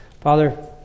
Father